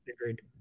Agreed